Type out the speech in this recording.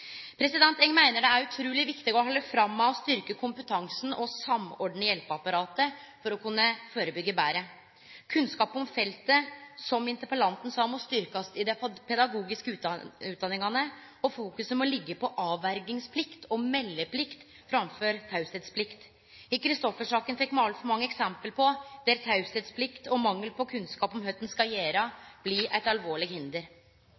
seint. Eg meiner det er utruleg viktig å halde fram med å styrkje kompetansen og samordne hjelpeapparatet for å kunne førebyggje betre. Som interpellanten sa, må ein styrkje kunnskapen om feltet betydeleg i dei pedagogiske utdanningane, og fokuset må liggje på avvergingsplikt og meldeplikt framfor teieplikt. I Christoffer-saka fekk me altfor mange eksempel på at teieplikt og mangel på kunnskap om kva ein skal gjere, blei eit alvorleg hinder.